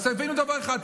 אז תבינו דבר אחד,